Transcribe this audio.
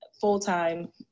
full-time